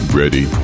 ready